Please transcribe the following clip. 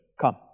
Come